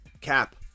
cap